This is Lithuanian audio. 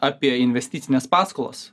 apie investicines paskolas